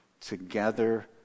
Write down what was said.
together